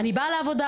אני באה לעבודה?